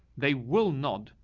they will nod,